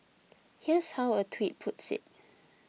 here's how a tweet puts it